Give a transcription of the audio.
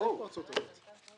מה ההתפרצות הזאת?